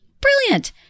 Brilliant